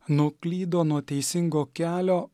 nuklydo nuo teisingo kelio